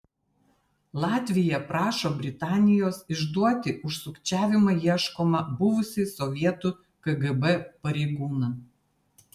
latvija prašo britanijos išduoti už sukčiavimą ieškomą buvusį sovietų kgb pareigūną